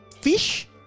Fish